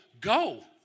go